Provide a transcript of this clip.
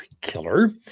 killer